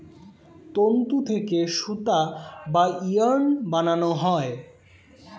তন্তু থেকে সুতা বা ইয়ার্ন বানানো হয়